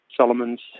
Solomons